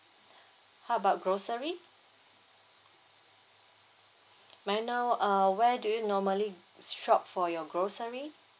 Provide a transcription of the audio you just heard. how about grocery may I know uh where do you normally shop for your grocery